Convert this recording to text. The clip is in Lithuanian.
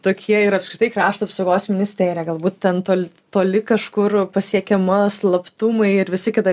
tokie ir apskritai krašto apsaugos ministerija galbūt ten tol toli kažkur pasiekiama slaptumai ir visa kita